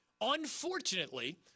Unfortunately